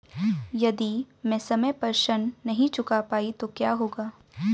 यदि मैं समय पर ऋण नहीं चुका पाई तो क्या होगा?